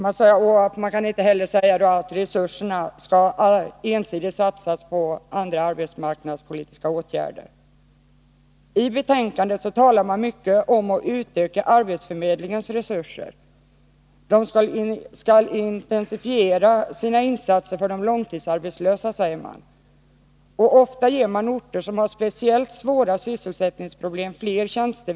Inte heller kan man säga till dem att resurserna ensidigt skall satsas på andra arbetsmarknadspolitiska åtgärder. I betänkandet talas mycket om att utöka arbetsförmedlingens resurser. Insatserna för de långtidsarbetslösa skall intensifieras, säger man. Ofta ger man arbetsförmedlingen i orter med speciellt svåra sysselsättningsproblem fler tjänster.